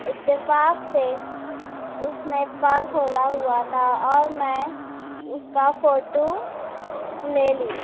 اتفاق سے اس نے پر کھولا ہوا تھا اور میں اس کا فوٹو لے لی